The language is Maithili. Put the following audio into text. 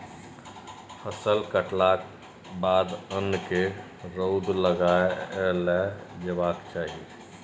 फसल कटलाक बाद अन्न केँ रौद लगाएल जेबाक चाही